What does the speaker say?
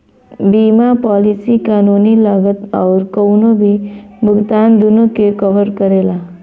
बीमा पॉलिसी कानूनी लागत आउर कउनो भी भुगतान दूनो के कवर करेला